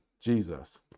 Jesus